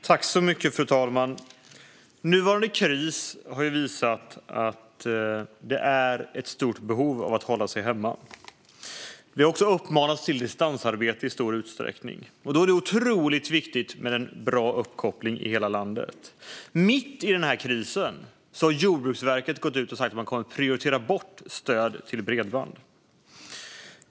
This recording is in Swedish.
Fru talman! Nuvarande kris har visat att behovet av att hålla sig hemma är stort. Vi har också uppmanats till distansarbete i stor utsträckning. Då är det otroligt viktigt med en bra uppkoppling i hela landet. Mitt i den här krisen har Jordbruksverket gått ut och sagt att man kommer att prioritera bort stöd till bredband.